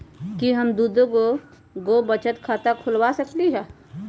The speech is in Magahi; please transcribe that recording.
कि हम दो दो गो बचत खाता खोलबा सकली ह की न?